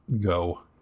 go